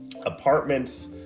apartments